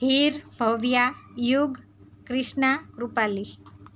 Heer Bhavya Yug Krishna Krupali